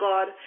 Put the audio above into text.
God